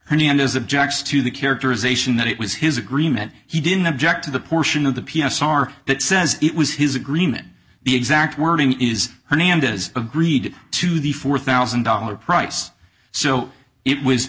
hernandez objects to the characterization that it was his agreement he didn't object to the portion of the p s r that says it was his agreement the exact wording is hernandez agreed to the four thousand dollars price so it was